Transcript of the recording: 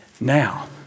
Now